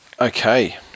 Okay